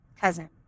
Cousin